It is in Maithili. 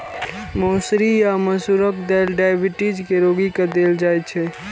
मौसरी या मसूरक दालि डाइबिटीज के रोगी के देल जाइ छै